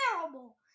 terrible